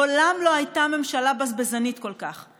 מעולם לא הייתה ממשלה בזבזנית כל כך,